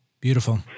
Beautiful